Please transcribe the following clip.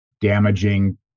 damaging